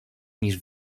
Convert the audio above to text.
niż